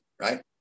right